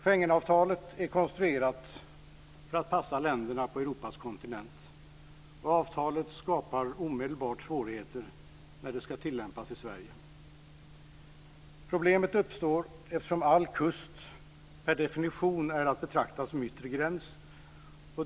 Schengenavtalet är konstruerat för att passa länderna på Europas kontinent, och avtalet skapar omedelbart svårigheter när det ska tillämpas i Sverige. Problem uppstår eftersom all kust per definition är att betrakta som yttre gräns.